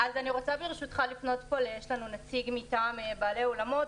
ישנו נציג מטעם בעלי האולמות.